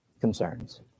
Concerns